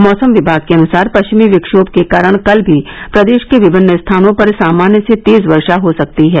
मौसम विभाग के अनुसार पश्चिमी विक्षोम के कारण कल भी प्रदेश के विभिन्न स्थानों पर सामान्य से तेज व र्म हो सकती है